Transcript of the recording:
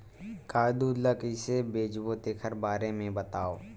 गाय दूध ल कइसे बेचबो तेखर बारे में बताओ?